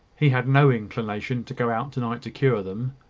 he had no inclination to go out to-night to cure them.